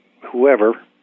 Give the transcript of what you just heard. whoever